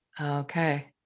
Okay